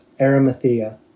Arimathea